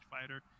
fighter